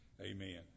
Amen